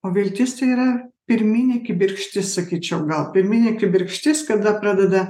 o viltis tai yra pirminė kibirkštis sakyčiau gal pirminė kibirkštis kada pradeda